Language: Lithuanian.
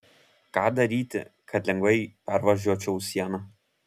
ką daryti kad lengvai pervažiuočiau sieną